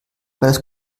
das